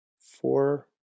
four